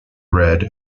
read